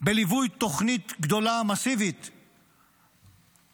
בליווי תוכנית גדולה מסיבית בין-לאומית,